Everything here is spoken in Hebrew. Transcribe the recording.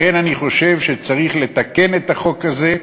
לכן אני חושב שצריך לתקן את החוק הזה,